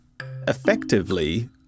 effectively